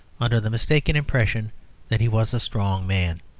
under the mistaken impression that he was a strong man.